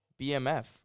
BMF